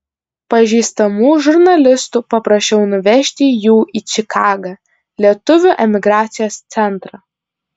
pažįstamų žurnalistų paprašiau nuvežti jų į čikagą lietuvių emigracijos centrą